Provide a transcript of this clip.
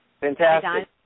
Fantastic